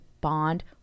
bond